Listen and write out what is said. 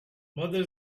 mother